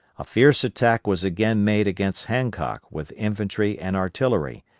a fierce attack was again made against hancock with infantry and artillery,